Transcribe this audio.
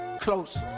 Close